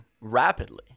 rapidly